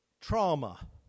trauma